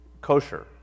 kosher